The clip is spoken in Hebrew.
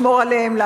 לשמור עליהם,